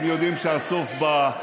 הם יודעים שהסוף בא.